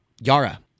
Yara